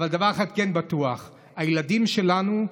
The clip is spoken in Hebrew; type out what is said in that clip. דבר אחד כן בטוח: הילדים שלנו,